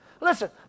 Listen